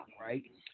right